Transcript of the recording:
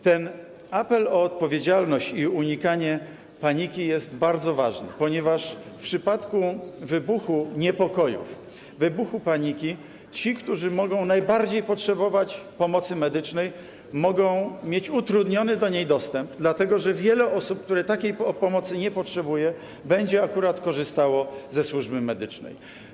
Ten apel o odpowiedzialność i unikanie paniki jest bardzo ważny, ponieważ w przypadku wybuchu niepokojów, wybuchu paniki ci, którzy mogą najbardziej potrzebować pomocy medycznej, mogą mieć utrudniony do niej dostęp, dlatego że wiele osób, które takiej pomocy nie potrzebują, będzie akurat korzystało ze służby medycznej.